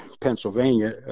Pennsylvania